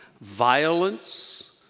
violence